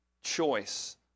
choice